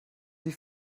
sie